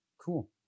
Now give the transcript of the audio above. Cool